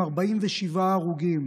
עם 47 הרוגים,